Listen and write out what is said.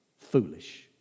foolish